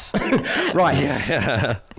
right